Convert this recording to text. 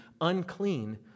unclean